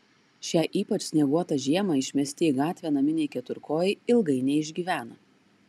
šią ypač snieguotą žiemą išmesti į gatvę naminiai keturkojai ilgai neišgyvena